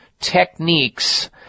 techniques